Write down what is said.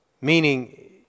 Meaning